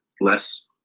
less